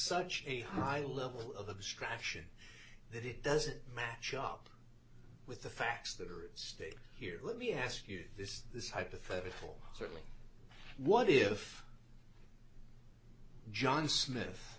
such a high level of abstraction that it doesn't match up with the facts that are at stake here let me ask you this this hypothetical certainly what if john smith